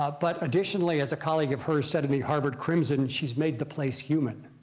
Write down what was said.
ah but additionally, as a colleague of hers said in the harvard crimson, she's made the place human.